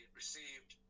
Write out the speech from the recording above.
received